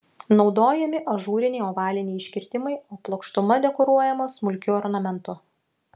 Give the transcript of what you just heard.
naudojami ažūriniai ovaliniai iškirtimai o plokštuma dekoruojama smulkiu ornamentu